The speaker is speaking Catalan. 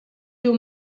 diu